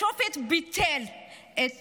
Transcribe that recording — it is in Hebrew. השופט ביטל את